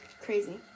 crazy